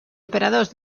operadors